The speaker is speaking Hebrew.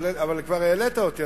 אבל כבר העלית אותי,